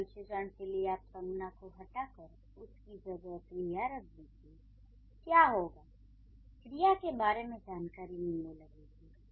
क्रिया विशेषण के लिए आप संज्ञा को हटाकर उसकी जगह क्रिया रख दीजिए क्या होगा क्रिया के बारे में जानकारी मिलने लगेगी